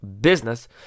business